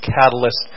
Catalyst